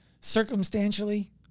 Circumstantially